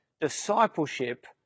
discipleship